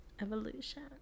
Evolution